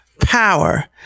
power